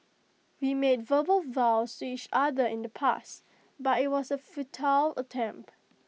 we made verbal vows to each other in the past but IT was A futile attempt